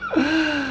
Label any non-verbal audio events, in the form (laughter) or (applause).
(laughs)